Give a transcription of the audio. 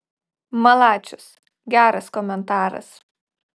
malačius geras komentaras